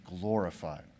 glorified